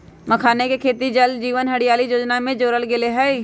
मखानके खेती के जल जीवन हरियाली जोजना में जोरल गेल हई